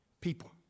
people